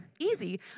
easy